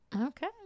Okay